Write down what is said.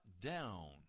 down